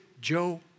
Joe